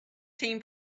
team